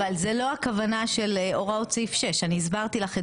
זו לא הכוונה של הוראות סעיף 6. אני הסברתי לך את